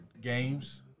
Games